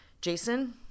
Jason